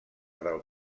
del